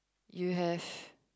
you have